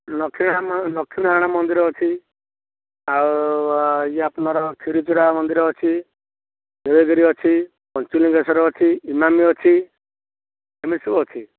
ଲକ୍ଷ୍ମୀନାରାୟଣ ଲକ୍ଷ୍ମୀନାରାୟଣ ମନ୍ଦିର ଅଛି ଆଉ ଇଏ ଆପଣ କ୍ଷୀରଚୋରା ମନ୍ଦିର ଅଛି ଅଛି ନୀଳଗିରି ଅଛି ପଞ୍ଚୁଲିଙ୍ଗେଶ୍ୱର ଅଛି ଇମାମି ଅଛି ଏମିତି ସବୁ ଅଛି